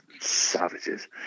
Savages